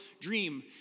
dream